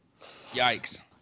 Yikes